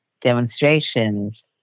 demonstrations